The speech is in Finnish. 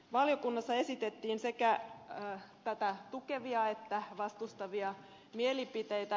valiokunnassa esitettiin sekä tätä tukevia että vastustavia mielipiteitä